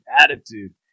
attitude